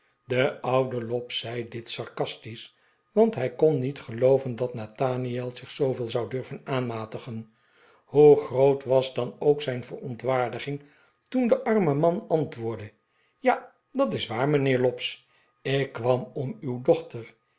de oude lobbs zei dit sarcastisch want hij kon niet gelooven dat nathaniel zich zooveel zou durven aanmatigen hoe groot was dan ook zijn verontwaardiging toen de arme man antwoordde ja dat is waar mijnheer lobbs ik kwam om uw dochter